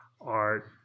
art